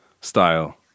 style